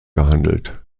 gehandelt